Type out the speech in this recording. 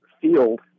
field